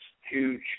huge